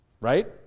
Right